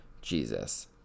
Jesus